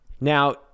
now